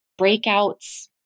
breakouts